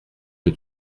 que